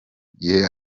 gihe